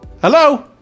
Hello